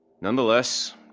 Nonetheless